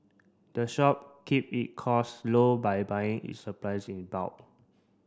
the shop keep it cost low by buying its supplies in bulk